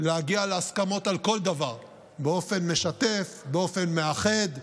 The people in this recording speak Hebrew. להגיע להסכמות על כל דבר באופן משתף, באופן מאחד,